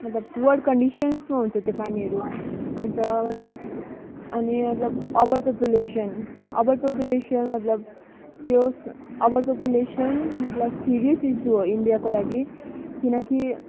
मतलब पुवर कन्डिसन्समा हुन्छ त्यो पानीहरू अन्त मतलब अनि मतलब ओभर पपुलेसन ओभर पपुलेसन मतलब त्यो ओभर पपुलेसन मतलब सिरियस इसू हो इन्डियाको लागि किनकि